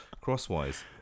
Crosswise